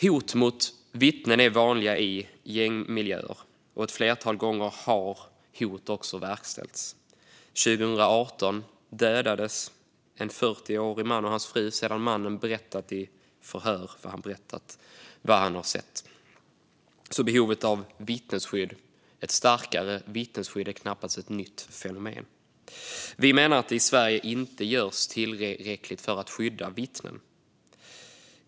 Hot mot vittnen är vanligt i gängmiljöer, och ett flertal gånger har hot också verkställts. År 2018 dödades exempelvis en 40-årig man och hans fru sedan mannen i ett förhör berättat vad han sett. Behovet av ett starkare vittnesskydd är alltså knappast ett nytt fenomen. Vi menar att det i Sverige inte görs tillräckligt för att skydda vittnen.